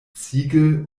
ziegel